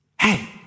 Hey